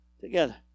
together